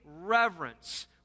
reverence